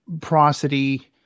Prosody